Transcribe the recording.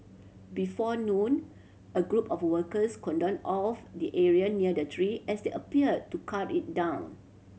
before noon a group of workers cordoned off the area near the tree as they appear to cut it down